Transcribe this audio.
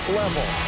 level